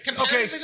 okay